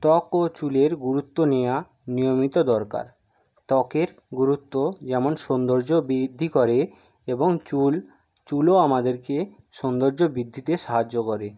ত্বক ও চুলের গুরুত্ব নেওয়া নিয়মিত দরকার ত্বকের গুরুত্ব যেমন সৌন্দর্য বৃদ্ধি করে এবং চুল চুলও আমাদেরকে সৌন্দর্য বৃদ্ধিতে সাহায্য করে